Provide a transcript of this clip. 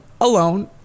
alone